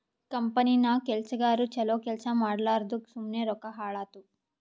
ಕಂಪನಿನಾಗ್ ಕೆಲ್ಸಗಾರು ಛಲೋ ಕೆಲ್ಸಾ ಮಾಡ್ಲಾರ್ದುಕ್ ಸುಮ್ಮೆ ರೊಕ್ಕಾ ಹಾಳಾತ್ತುವ್